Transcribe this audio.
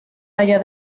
allá